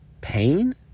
pain